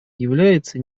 является